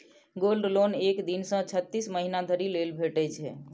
gold loan एक दिन सं छत्तीस महीना धरि लेल भेटै छै